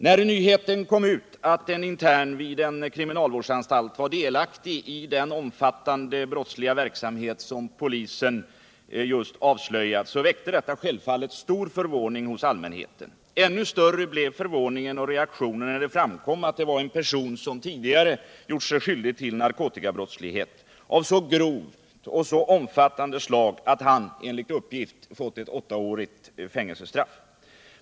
När nyheten kom ut att en intern vid en kriminalvårdsanstalt var delaktig i den omfattande brottsliga verksamhet som polisen just avslöjat, väckte detta självfallet stor förvåning hos allmänheten. Ännu större blev förvåningen och reaktionen när det framkom att det var en person som tidigare gjort sig skyldig till narkotikabrottslighet av så grovt och omfattande slag att han, enligt uppgift, fått ett åttaårigt fängelsestraff.